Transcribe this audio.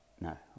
No